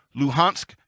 Luhansk